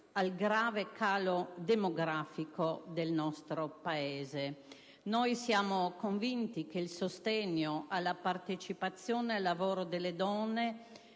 al grave calo demografico del nostro Paese. Siamo convinti che il sostegno alla partecipazione al lavoro delle donne